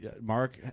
mark